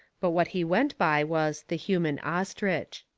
but what he went by was the human ostrich.